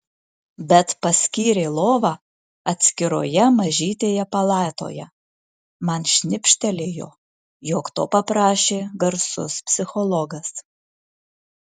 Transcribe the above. bet paskyrė lovą atskiroje mažytėje palatoje man šnibžtelėjo jog to paprašė garsus psichologas